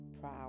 proud